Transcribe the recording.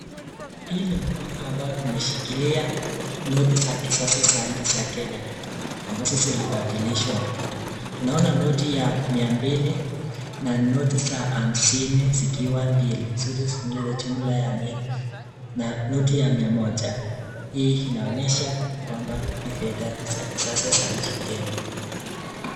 Hii ni mkono ambayo imeshikilia noti za kisasa za nchi za Kenya ambazo zilibadilishwa ,tunaona noti ya mia mbili na noti za hamsini zikiwa mbili zote zikitengeneza jumla ya mia na noti ya mia moja ,hii inaonyesha kwamba ni fedha za kisasa za nchi Kenya.